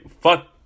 fuck